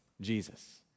Jesus